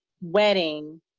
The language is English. Wedding